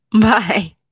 Bye